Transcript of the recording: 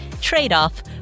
trade-off